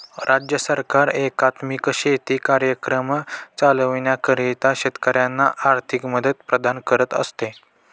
राज्य सरकार एकात्मिक शेती कार्यक्रम चालविण्याकरिता शेतकऱ्यांना आर्थिक मदत प्रदान करत असते